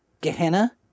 Gehenna